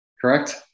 correct